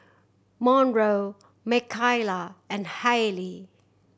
Monroe Mckayla and Hayley